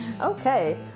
Okay